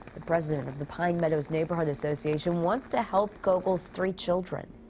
the president of the pine meadows neighborhood association wants to help koegel's three children.